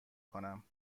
کنم